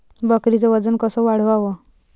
बकरीचं वजन कस वाढवाव?